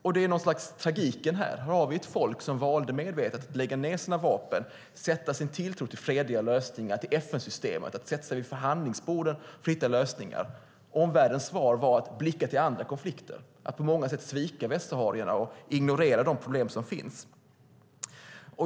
Det är något slags tragik i detta. Här har vi ett folk som medvetet valde att lägga ned sina vapen och sätta sin tilltro till fredliga lösningar, till FN-systemet, att sätta sig vid förhandlingsbordet för att hitta lösningar. Men omvärldens svar var att blicka till andra konflikter, att på många sätt svika västsaharierna och ignorera de problem som finns.